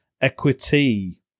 equity